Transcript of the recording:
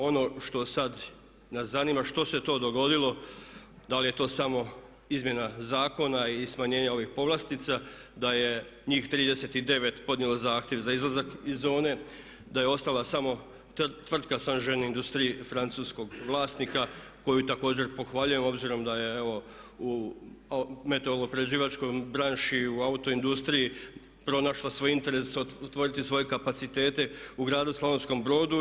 Ono što sada nas zanima što se to dogodilo, da li je to samo izmjena zakona i smanjenje ovih povlastica da je njih 39 podnijelo zahtjev za izlazak iz zone, da je ostala samo tvrtka Saint Jean Industries francuskog vlasnika koju također pohvaljujem obzirom da je evo u metaloprerađivačkoj branši, u autoindustriji pronašla svoj interes otvoriti svoje kapacitete u gradu Slavonskom Brodu.